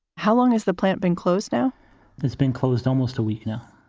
how long has the plant been closed? now it's been closed almost a week now.